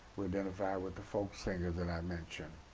we identified with the folk singers that i mentioned.